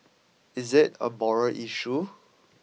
is it a moral issue